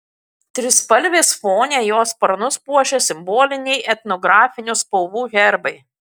trispalvės fone jo sparnus puošia simboliniai etnografinių spalvų herbai